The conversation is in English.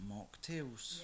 Mocktails